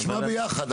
נשמע ביחד,